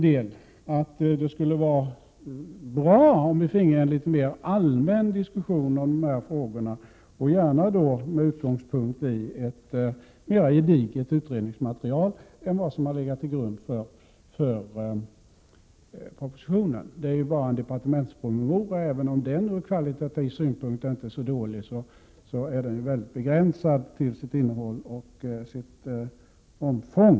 Det vore bra om vi finge en litet mera allmän diskussion om dessa frågor, och då gärna 135 med utgångspunkt i ett mera gediget utredningsmaterial än vad som har legat till grund för propositionen, som ju är baserad på en departementspromemoria. Även om denna ur kvalitativ synpunkt inte är så dålig, är den mycket begränsad när det gäller innehåll och omfång.